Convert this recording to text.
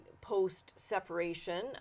post-separation